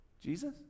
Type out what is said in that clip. Jesus